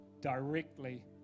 directly